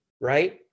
Right